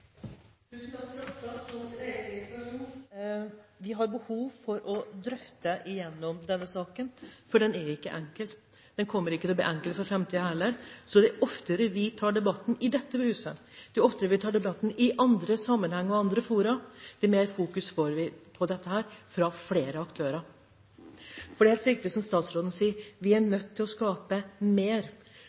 Vi har behov for å drøfte denne saken, for den er ikke enkel. Den kommer heller ikke til å bli enkel i framtiden. Jo oftere vi tar debatten i dette huset, jo oftere vi tar debatten i andre sammenhenger og i andre fora, jo mer vil andre aktører fokusere på dette. Det er helt riktig som statsråden sier, vi er nødt til å skape mer.